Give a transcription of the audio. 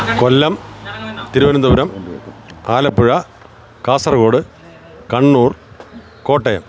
Kollam Thiruvananthapuram Alappuzha Kasaragod Kannur Kottayam